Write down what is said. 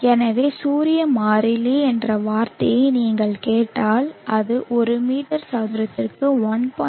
எனவே சூரிய மாறிலி என்ற வார்த்தையை நீங்கள் கேட்டால் அது ஒரு மீட்டர் சதுரத்திற்கு 1